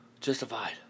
Justified